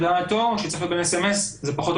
לדעתו שצריך להיות בין אס.אמ.אס לאס.אמ.אס זה פחות או